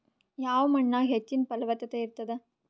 ಯಾವ ಮಣ್ಣಾಗ ಹೆಚ್ಚಿನ ಫಲವತ್ತತ ಇರತ್ತಾದ?